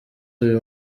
uyu